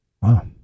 Wow